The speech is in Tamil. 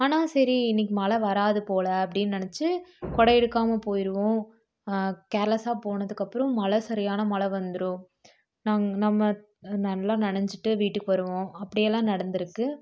ஆனால் சரி இன்றைக்கி மழை வராது போல் அப்படின்னு நினச்சி குட எடுக்காமல் போயிடுவோம் கேர்லஸ்ஸாக போனதுக்கப்புறோம் மழை சரியான மழை வந்துடும் நாங்க நம்ம நல்லா நனஞ்சிட்டு வீட்டுக்கு வருவோம் அப்படியெல்லான் நடந்துருக்குது